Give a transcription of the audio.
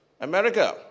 America